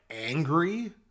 angry